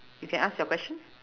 you can ask you question